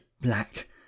black